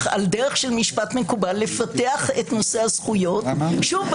על דרך משפט מקובל לפתח את נושא הזכויות שוב,